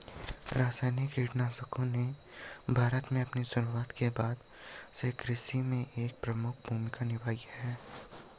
रासायनिक कीटनाशकों ने भारत में अपनी शुरूआत के बाद से कृषि में एक प्रमुख भूमिका निभाई है